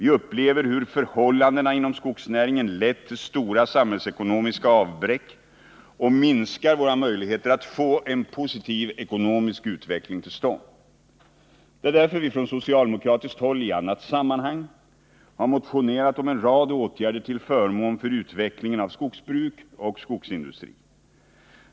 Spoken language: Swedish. Vi upplever hur förhållandena inom skogsnäringen lett till stora samhällsekonomiska avbräck och minskar våra möjligheter att få en positiv ekonomisk utveckling till stånd. Det är därför vi från socialdemokratiskt håll i annat sammanhang har 129 motionerat om en rad åtgärder till förmån för utvecklingen av skogsbruk och skogsindustri.